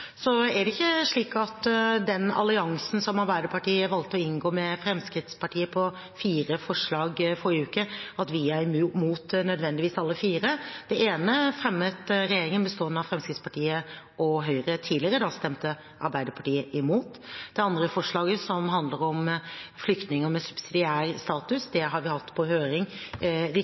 Så er det ikke slik når det gjelder den alliansen som Arbeiderpartiet valgte å inngå med Fremskrittspartiet om fire forslag i forrige uke, at vi nødvendigvis er imot alle fire. Det ene fremmet regjeringen bestående av Fremskrittspartiet og Høyre tidligere, og da stemte Arbeiderpartiet imot. Det andre forslaget, som handler om flyktninger med subsidiær status, har vi hatt på høring